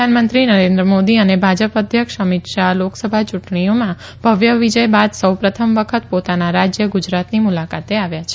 પ્રધાનમંત્રી નરેન્દ્ર મોદી અને ભાજપ અધ્યક્ષ અમિત શાહ લોકસભા ચુંટણીમાં ભવ્ય વિજય બાદ સૌ પ્રથમ વખત પોતાના રાજય ગુજરાતની મુલાકાતે આવ્યા છે